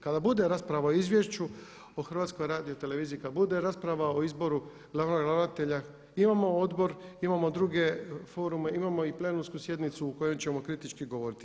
Kada bude rasprava o izvješću od HRT-u, kada bude rasprava o izboru glavnog ravnatelja imamo odbor, imamo druge forume, imamo i plenarnu sjednicu u kojoj ćemo kritički govoriti.